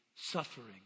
suffering